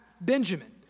Benjamin